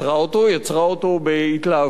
יצרה, היא יצרה אותו בהתלהבות,